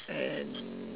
and